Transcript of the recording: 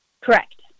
Correct